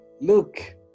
look